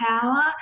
power